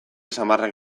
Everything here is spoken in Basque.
samarrak